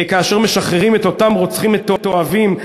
כאשר משחררים את אותם רוצחים מתועבים,